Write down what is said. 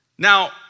Now